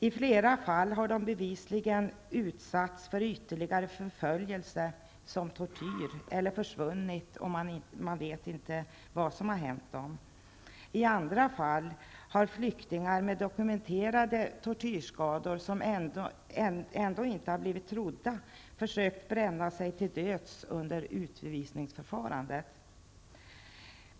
I flera fall har de bevisligen utsatts för ytterligare förföljelse som tortyr, eller försvunnit -- och man vet inte vad som har hänt dem. I andra fall har flyktingar med dokumenterade tortyrskador, som ändå inte har blivit trodda, försökt bränna sig till döds under utvisningsförfarandet.